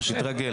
תתרגל.